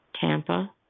Tampa